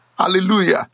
Hallelujah